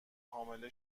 حامله